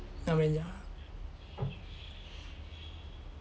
I mean yeah